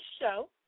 show